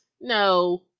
No